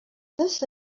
this